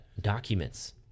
documents